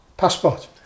Passport